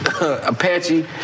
Apache